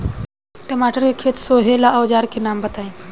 टमाटर के खेत सोहेला औजर के नाम बताई?